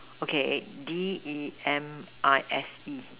okay D_E_M_I_S_E